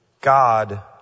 God